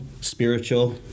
spiritual